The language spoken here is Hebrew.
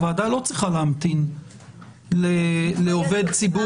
הוועדה לא צריכה להמתין לעובד ציבור,